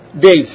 days